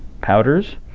powders